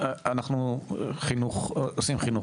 "אנחנו עושים חינוך",